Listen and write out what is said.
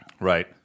Right